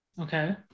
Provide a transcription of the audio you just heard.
Okay